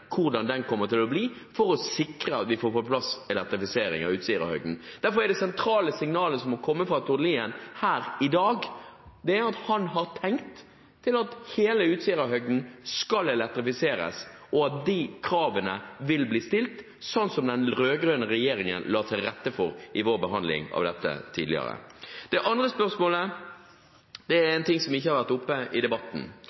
hvordan den kostnadsfordelingen kommer til å bli, for å sikre at man får på plass elektrifisering av Utsirahøyden? Derfor er de sentrale signalene som må komme fra Tord Lien her i dag, at han har tenkt at hele Utsirahøyden skal elektrifiseres, og at de kravene vil bli stilt – sånn som den rød-grønne regjeringen la til rette for i vår behandling av dette tidligere. Det andre spørsmålet er om en ting som ikke har vært oppe i debatten, det